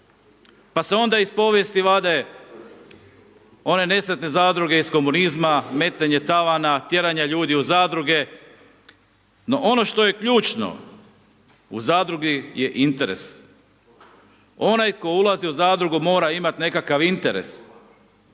Pa se onda iz povijesti vade one nesretne zadruge iz komunizma, metenje tavana, tjeranja ljudi u zadruge, no ono što je ključno u zadrugi, je interes. Onaj tko ulazi u zadrugu mora imat nekakav interes,